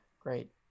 Great